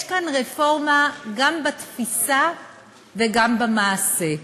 יש כאן רפורמה גם בתפיסה וגם במעשה.